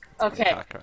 Okay